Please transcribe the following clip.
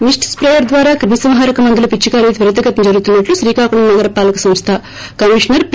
Mist sprayer ద్వారా క్రిమి సంహారక మందుల పిచికారి త్వరితగతిన జరుగుతున్నట్లు శ్రీకాకుళం నగర పాలక సంస్థ కమిషనర్ పి